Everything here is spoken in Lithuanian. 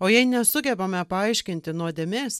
o jei nesugebame paaiškinti nuodėmės